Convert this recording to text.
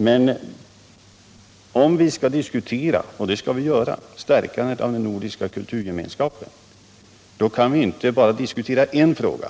Men om vi skall diskutera stärkandet av den nordiska kulturgemenskapen kan vi inte bara diskutera en fråga